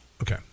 Okay